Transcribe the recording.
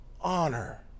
Honor